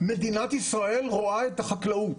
מדינת ישראל רואה את החקלאות.